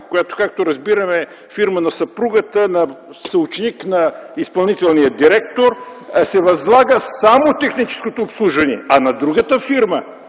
която, както разбираме, е фирма на съпругата на съученик на изпълнителния директор, се възлага само техническото обслужване, а на другата фирма